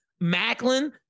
macklin